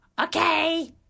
okay